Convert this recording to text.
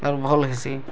ଆରୁ ଭଲ୍ ହେସି